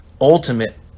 Ultimate